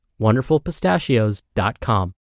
wonderfulpistachios.com